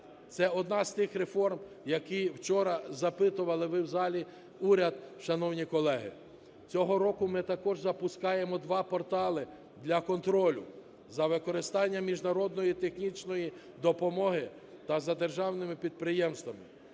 Це одна з тих реформ, які вчора запитували ви в залі уряд, шановні колеги. Цього року ми також запускаємо два портали для контролю за використання міжнародної технічної допомоги та за державними підприємствами.